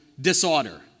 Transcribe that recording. disorder